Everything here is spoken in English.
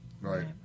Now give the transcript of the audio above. Right